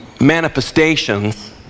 manifestations